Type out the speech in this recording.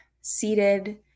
seated